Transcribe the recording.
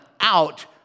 out